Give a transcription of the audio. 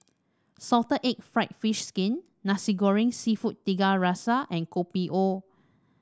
Salted Egg fried fish skin Nasi Goreng seafood Tiga Rasa and Kopi O